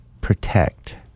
protect –